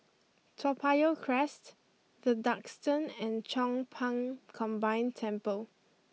Toa Payoh Crest the Duxton and Chong Pang Combined Temple